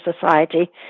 Society